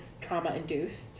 trauma-induced